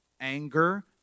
anger